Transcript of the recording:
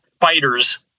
fighters